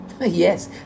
yes